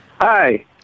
Hi